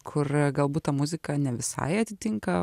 kur galbūt ta muzika ne visai atitinka